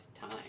time